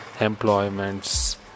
employments